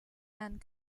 and